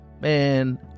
Man